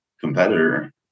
competitor